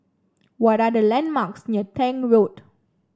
what are the landmarks near Tank Road